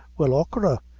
well, achora,